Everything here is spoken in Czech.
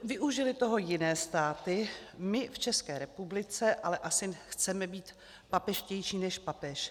Využily toho jiné státy, my v České republice ale asi chceme být papežštější než papež.